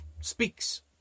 speaks